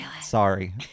Sorry